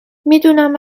میدونم